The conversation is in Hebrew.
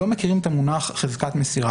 הממונה על היישומים הביומטריים במשרד ראש הממשלה.